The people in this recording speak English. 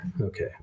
Okay